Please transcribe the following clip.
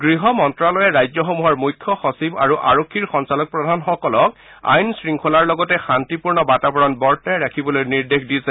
গৃহ মন্তালয়ে ৰাজ্যসমূহৰ মুখ্য সচিব আৰু আৰক্ষীৰ সঞ্চালকপ্ৰানসকলক আইন শংখলাৰ লগতে শান্তিপূৰ্ণ বাতাবৰণ বৰ্তাই ৰাধিবলৈ নিৰ্দেশ দিছে